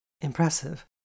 impressive